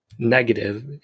negative